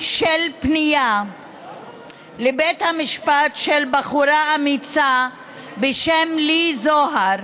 של פנייה לבית המשפט, של בחורה אמיצה בשם לי זוהר,